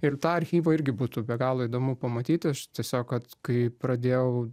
ir tą archyvą irgi būtų be galo įdomu pamatyti aš tiesiog kad kai pradėjau